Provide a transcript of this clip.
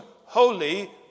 holy